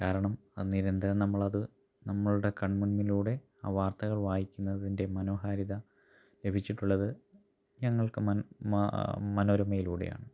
കാരണം അത് നിരന്തരം നമ്മളത് നമ്മളുടെ കൺമുന്നിലൂടെ ആ വാർത്തകൾ വായിക്കുന്നതിന്റെ മനോഹാരിത ലഭിച്ചിട്ടുള്ളത് ഞങ്ങൾക്ക് മനോരമയിലൂടെയാണ്